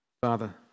Father